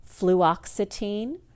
fluoxetine